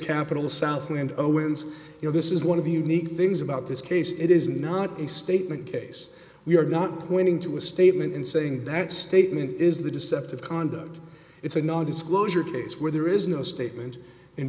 capital southwind owens you know this is one of the unique things about this case it is not a statement case we are not pointing to a statement in saying that statement is the deceptive conduct it's a non disclosure case where there is no statement in